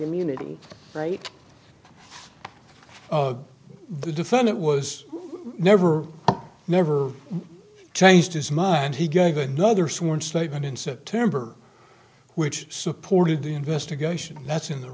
immunity right the defendant was never never changed his mind he gave another sworn statement in september which supported the investigation that's in the